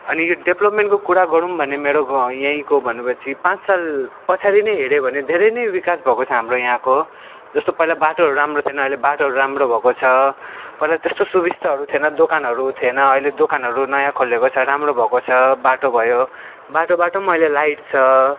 अनि यो डेभलपमेन्टको कुरा गरौँ भने मेरो घ यहीँको पाँच साल पछाडि नै होर्यो भने धेरै नै विकास भएको छ हाम्रो यहाँको जस्तो पैला बाटोहरू राम्रो थिएन अहिले बाटोहरू राम्रो भएको छ पहिला त्यस्तो सुविस्ताहरू थिएन दोकानहरू थिएन अहिले दोकानहरू नयाँ खोलेको छ राम्रो भएको छ बाटो भयो बाटो बाटोमा अहिले लाइट छ